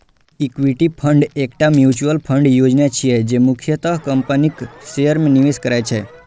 equity fund एकटा mutual fund योजना छियै, जे मुख्यतः कंपनीक शेयर मे निवेश करै छै